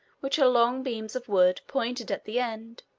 which are long beams of wood, pointed at the end,